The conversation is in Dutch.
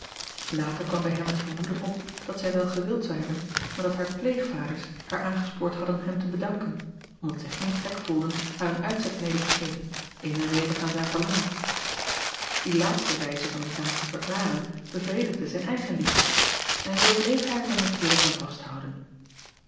ater kwam bij hem het vermoeden op dat zij wel gewild zou hebben maar dat haar pleegvaders haar aangespoord hadden hem te bedanken omdat zij geen trek voelden haar een uitzet mede te geven evenredig aan zijn verlangen ie laatste wijze van de zaak te verklaren bevredigde zijn eigenliefde en zoo bleef hij er dan natuurlijk aan vasthouden